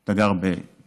אתה גר בטייבה.